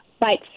Right